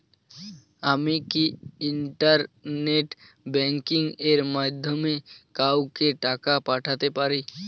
আমি কি internet banking এর মাধ্যমে কাওকে টাকা পাঠাতে পারি?